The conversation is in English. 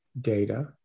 data